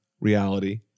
reality